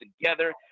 together